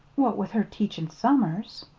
what with her teachin' summers.